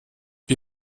wie